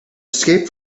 escaped